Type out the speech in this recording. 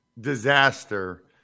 disaster